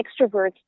extroverts